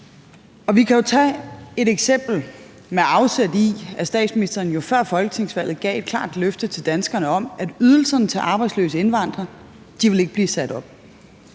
Vi kan jo tage et eksempel med afsæt i, at statsministeren jo før folketingsvalget gav et klart løfte til danskerne om, at ydelserne til arbejdsløse indvandrere ikke ville blive sat op,